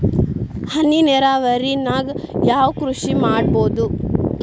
ಹನಿ ನೇರಾವರಿ ನಾಗ್ ಯಾವ್ ಕೃಷಿ ಮಾಡ್ಬೋದು?